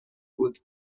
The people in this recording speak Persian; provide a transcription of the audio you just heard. بود